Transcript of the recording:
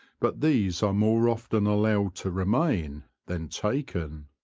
but these are more often allowed to remain than taken.